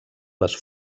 les